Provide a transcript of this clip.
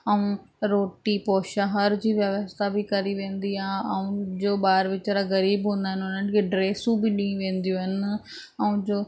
ऐं रोटी पोइ छा हर जी व्यवस्था बि करी वेंदी आहे ऐं जो ॿार वीचारा गरीबु हूंदा आहिनि उन्हनि खे ड्रेसूं बि ॾेई वेंदियूं आहिनि ऐं जो